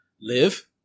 live